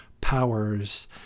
powers